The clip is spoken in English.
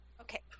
okay